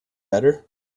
better